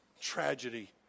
tragedy